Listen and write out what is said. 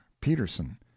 peterson